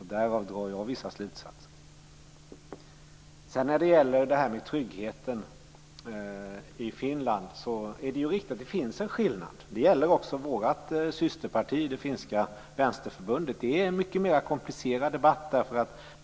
Därav drar jag vissa slutsatser. Beträffande tryggheten i Finland är det riktigt att det finns en skillnad. Det gäller också vårt systerparti, finska Vänsterförbundet. Det är en mycket mer komplicerad debatt där.